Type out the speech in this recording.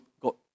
got